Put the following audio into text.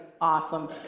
Awesome